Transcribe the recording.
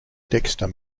dexter